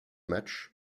match